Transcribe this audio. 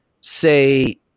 say